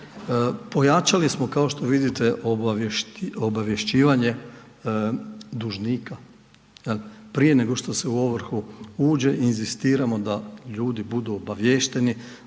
Pojačali smo kao što vidite obavješćivanje dužnika. Prije nego što se u ovrhu uđe inzistiramo da ljudi budu obavješteni